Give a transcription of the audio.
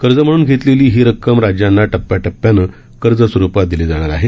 कर्ज म्हणून घेतलेली ही रक्कम राज्यांना टप्प्याटप्प्यात कर्ज स्वरुपात दिली जाणार आहे